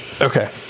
Okay